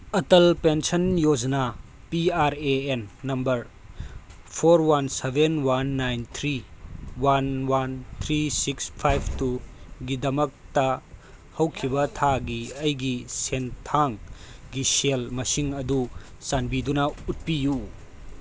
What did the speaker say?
Atal pension ꯌꯣꯖꯥꯅꯥ P R A N number four one seven one nine three one one three six ꯐꯥꯏꯕ ꯇꯨꯒꯤ ꯗꯃꯛꯇ ꯍꯧꯈꯤꯕ ꯊꯥꯒꯤ ꯑꯩꯒꯤ ꯁꯦꯟꯊꯥꯡꯒꯤ ꯁꯦꯜ ꯃꯁꯤꯡ ꯑꯗꯨ ꯆꯥꯟꯕꯤꯗꯨꯅ ꯎꯠꯄꯌꯨ